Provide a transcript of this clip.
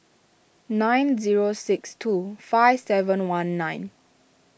nine zero six two five seven one nine